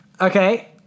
Okay